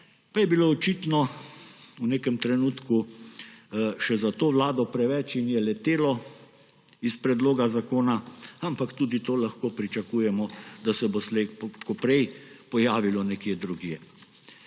pa je bilo očitno v nekem trenutku še za to vlado preveč in je letelo iz predloga zakona. Ampak tudi to lahko pričakujemo, da se bo slej ko prej pojavilo nekje drugje.